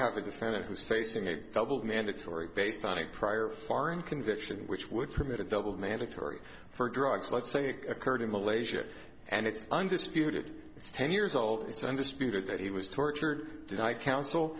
have a defendant who's facing a double mandatory based on a prior foreign conviction which would permit a double mandatory for drugs let's say it occurred in malaysia and it's undisputed it's ten years old it's undisputed that he was tortured and i coun